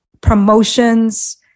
promotions